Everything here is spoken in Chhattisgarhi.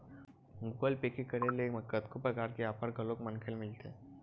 गुगल पे के करे ले कतको परकार के आफर घलोक मनखे ल मिलथे